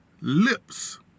lips